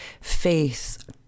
Faith